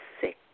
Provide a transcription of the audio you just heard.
six